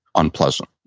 unpleasant